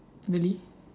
really